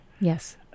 yes